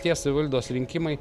tie savivaldos rinkimai